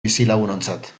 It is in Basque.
bizilagunontzat